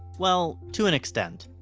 well, to an extent.